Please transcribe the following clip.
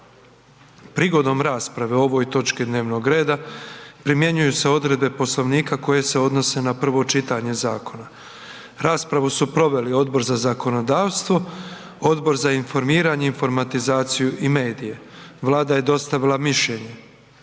Prigodom rasprave o ovoj točki dnevnog reda primjenjuju se odredbe Poslovnika koje se odnose na prvo čitanje zakona. Raspravu su proveli Odbor za zakonodavstvo, Odbor za zdravstvo i socijalnu politiku, Odbor za obitelj, mlade i sport. Vlada je dostavila mišljenje.